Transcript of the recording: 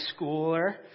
schooler